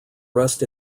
rest